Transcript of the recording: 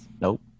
Nope